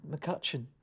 McCutcheon